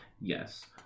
Yes